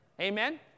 Amen